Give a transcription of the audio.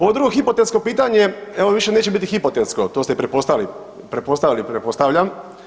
Ovo drugo hipotetsko pitanje, evo više neće biti hipotetsko to ste i pretpostavili pretpostavljam.